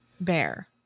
Bear